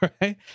right